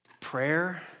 Prayer